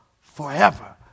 forever